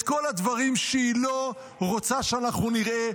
את כל הדברים שהיא לא רוצה שאנחנו נראה,